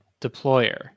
Deployer